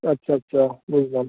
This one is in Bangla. আচ্ছা আচ্ছা বুঝলাম